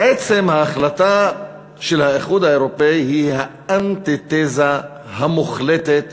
בעצם ההחלטה של האיחוד האירופי היא האנטי-תזה המוחלטת